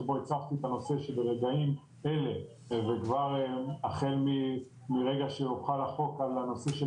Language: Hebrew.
שבו הצפתי את הנושא שברגעים אלה וכבר החל מרגע שהוחל החוק על הנושא של